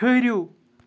ٹھٕہرِو